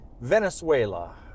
Venezuela